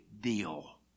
deal